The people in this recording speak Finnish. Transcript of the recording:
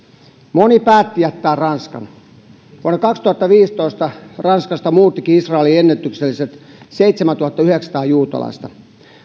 moni päätti jättää ranskan vuonna kaksituhattaviisitoista ranskasta muuttikin israeliin ennätykselliset seitsemäntuhattayhdeksänsataa juutalaista